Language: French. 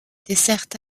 desserte